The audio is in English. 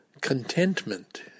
contentment